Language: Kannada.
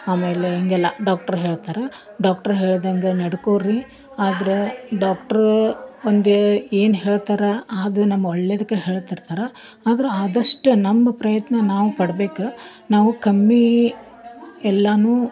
ಆಮೇಲೆ ಹೀಗೆಲ್ಲ ಡಾಕ್ಟ್ರು ಹೇಳ್ತಾರೆ ಡಾಕ್ಟ್ರು ಹೇಳ್ದಂಗೆ ನಡ್ಕೋರಿ ಆದ್ರೆ ಡಾಕ್ಟ್ರು ಒಂದು ಏನು ಹೇಳ್ತಾರೆ ಅದು ನಮ್ಮ ಒಳ್ಳೆಯದಕ್ಕೆ ಹೇಳ್ತಿರ್ತಾರೆ ಆದ್ರೆ ಆದಷ್ಟು ನಮ್ಮ ಪ್ರಯತ್ನ ನಾವು ಪಡ್ಬೇಕು ನಾವು ಕಮ್ಮಿ ಎಲ್ಲಾ